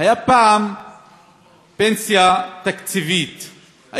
הייתה פעם פנסיה תקציבית,